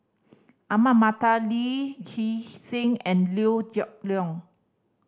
Ahmad Mattar Lee Hee Seng and Liew Geok Leong